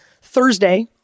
Thursday